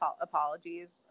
apologies